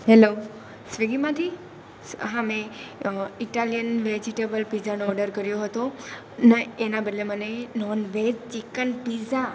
hello સ્વિગીમાંથી હા મેં ઇટાલિયન વેજીટેબલ પિઝાનો ઓર્ડર કર્યો હતો ના એના બદલે મને નોન વેજ ચિકન પિઝા